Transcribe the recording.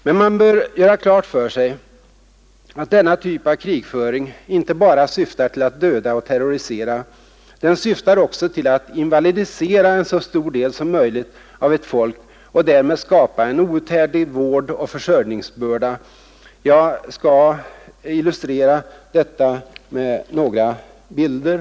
Men man bör göra klart för sig att denna typ av krigföring inte bara syftar till att döda och terrorisera. Den syftar också till att invalidisera en så stor del som möjligt av ett folk och därmed skapa en outhärdlig vårdoch försörjningsbörda. Jag vill illustrera detta med några bilder.